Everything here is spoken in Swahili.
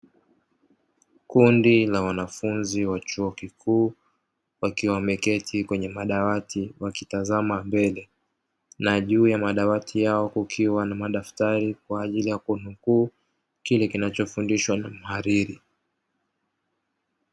Kundi la wanafunzi wa chuo kikuu wakiwa wameketi kwenye madawati wakitazama mbele, na juu ya madawati yao kukiwa na madaftari kwaajili ya kunukuu kile kinachofundishwa na mhadhiri.